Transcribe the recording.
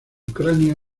ucrania